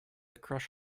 crush